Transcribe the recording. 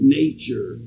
nature